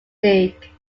league